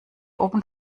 oben